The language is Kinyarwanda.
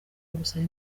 ugusaba